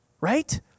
Right